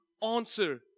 answer